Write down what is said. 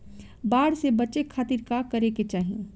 बाढ़ से बचे खातिर का करे के चाहीं?